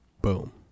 Boom